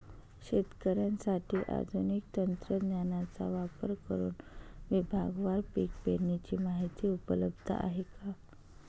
शेतकऱ्यांसाठी आधुनिक तंत्रज्ञानाचा वापर करुन विभागवार पीक पेरणीची माहिती उपलब्ध आहे का?